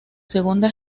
segunda